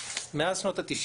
ומאז שנות ה- 90